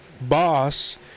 boss